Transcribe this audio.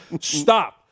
Stop